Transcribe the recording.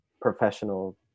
professional